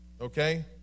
okay